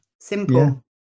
simple